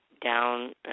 down